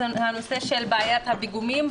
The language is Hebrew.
הנושא של בעיית הפיגומים.